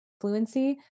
fluency